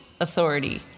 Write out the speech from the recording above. authority